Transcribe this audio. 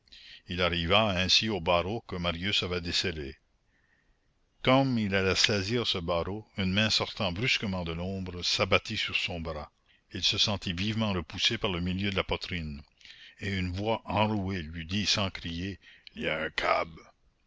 il arriva ainsi au barreau que marius avait descellé comme il allait saisir ce barreau une main sortant brusquement de l'ombre s'abattit sur son bras il se sentit vivement repoussé par le milieu de la poitrine et une voix enrouée lui dit sans crier il y a un cab